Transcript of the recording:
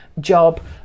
job